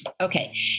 Okay